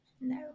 No